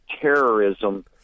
terrorism